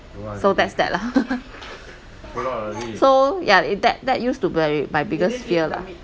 so that's that lah so yeah it that that used to be my my biggest fear lah